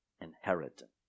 inheritance